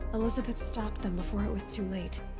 elisabet stopped them before it was too late.